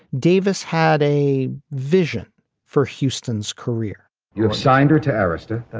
davis had a vision for houston's career you have signed her to arista? that's